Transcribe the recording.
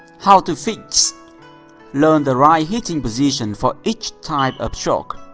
how to fix learn the right hitting position for each type of stroke.